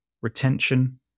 retention